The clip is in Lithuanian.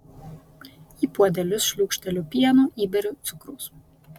į puodelius šliūkšteliu pieno įberiu cukraus